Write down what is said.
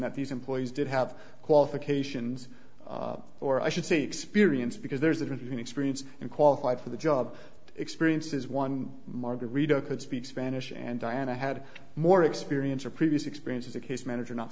that these employees did have qualifications or i should say experience because there's an experience in qualified for the job experience is one margarito could speak spanish and diana had more experience or previous experience as a case manager not